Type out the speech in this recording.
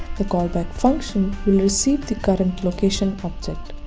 the callback function will receive the current location object.